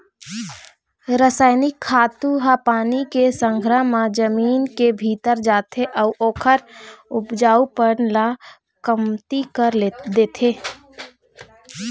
रसइनिक खातू ह पानी के संघरा म जमीन के भीतरी जाथे अउ ओखर उपजऊपन ल कमती कर देथे